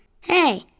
Hey